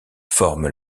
forme